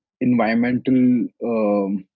environmental